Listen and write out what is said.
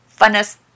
funnest